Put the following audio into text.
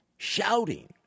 shouting